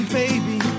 baby